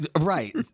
Right